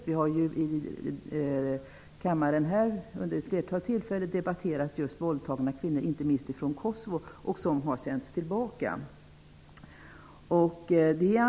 Vi har i kammaren vid ett flertal tillfällen debatterat förhållandet att våldtagna kvinnor, inte minst från Kosovo, har sänts tillbaka.